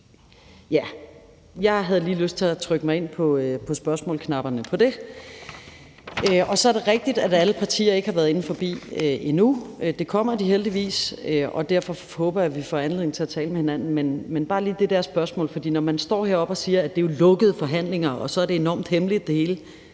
lige havde lyst til at trykke mig ind for at stille spørgsmål om det. Så er det rigtigt, at alle partier ikke har været inde forbi endnu. Det kommer de heldigvis, og derfor håber jeg, vi får anledning til at tale med hinanden. Men bare lige til det der med, at man står heroppe og siger, at det er lukkede forhandlinger, og at det hele er enormt hemmeligt, vil